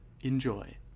enjoy